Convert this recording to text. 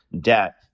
debt